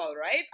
right